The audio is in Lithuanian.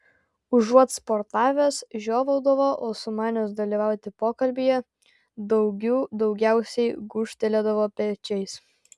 užuot sportavęs žiovaudavo o sumanęs dalyvauti pokalbyje daugių daugiausiai gūžtelėdavo pečiais